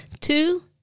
Two